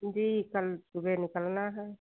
जी कल सुबह निकालना है